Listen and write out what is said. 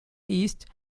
east